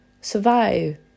survive